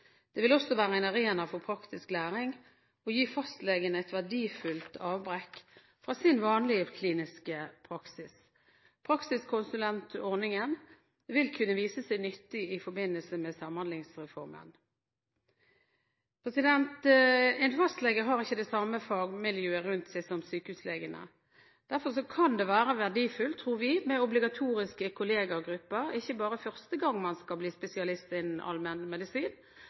Det vil også være en arena for praktisk læring, og gir fastlegene et verdifullt avbrekk fra deres vanlige kliniske praksis. Praksiskonsulentordningen vil kunne vise seg nyttig i forbindelse med Samhandlingsreformen. En fastlege har ikke det samme fagmiljøet rundt seg som sykehuslegene. Derfor tror vi det kan være verdifullt med obligatoriske kollegagrupper, ikke bare første gang man skal bli spesialist innen